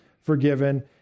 forgiven